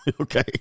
okay